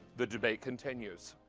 the debate continues.